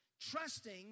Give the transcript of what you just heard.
Trusting